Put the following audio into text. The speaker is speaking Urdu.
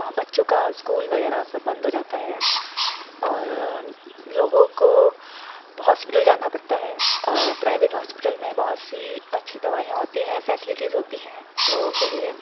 بچوں کا اسکول وغیرہ سب بند ہو جاتا ہے اور لوگوں کو ہاسپٹل جانا پڑتا ہے اور پرائیویٹ ہاسپٹل میں بہت سی اچھی دوائیاں ہوتی ہیں فیسلٹیز ہوتی ہیں لوگوں کے لیے